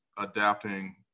Adapting